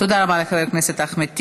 תודה רבה לחבר הכנסת אחמד טיבי.